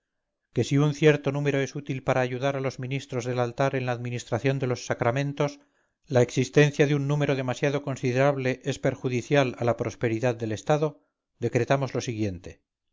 que si un cierto número es útil para ayudar a los ministros del altar en la administración de los sacramentos la existencia de un número demasiado considerable es perjudicial a la prosperidad del estado decretamos lo siguiente